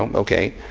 ok.